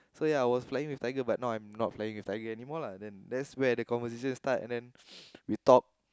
so ya I was flying with Tiger but now I'm not flying with Tiger anymore lah then there's where the conversation start and then we talked